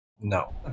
no